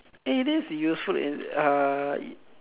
it is useful in err